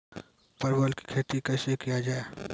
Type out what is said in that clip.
परवल की खेती कैसे किया जाय?